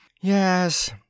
Yes